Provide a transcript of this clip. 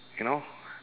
you know